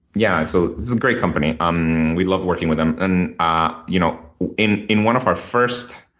yeah, so it's a great company. um we love working with them, and ah you know in in one of our first